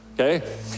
Okay